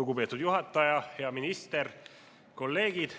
lugupeetud juhataja! Hea minister! Kolleegid!